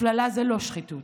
הפללה זה לא שחיתות.